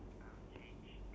peaceful